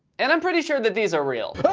and i'm pretty sure that these are real